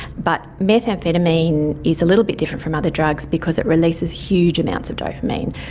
but methamphetamine is little bit different from other drugs because it releases huge amounts of dopamine.